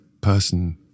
person